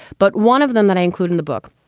but one of them that i include in the book,